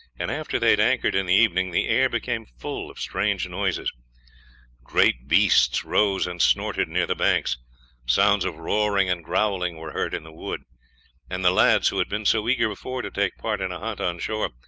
and after they had anchored in the evening, the air became full of strange noises great beasts rose and snorted near the banks sounds of roaring and growling were heard in the wood and the lads, who had been so eager before to take part in a hunt on shore,